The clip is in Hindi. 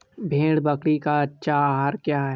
भेड़ बकरी का अच्छा आहार क्या है?